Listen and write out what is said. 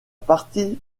partie